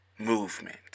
movement